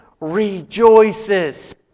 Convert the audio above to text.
rejoices